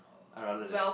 I rather that